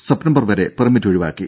September വരെ permit ഒഴിവാക്കി